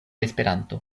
esperanto